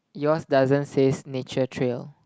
yours doesn't says nature trail